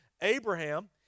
Abraham